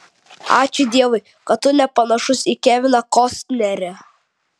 ačiū dievui kad tu nepanašus į keviną kostnerį